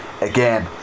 again